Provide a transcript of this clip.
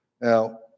Now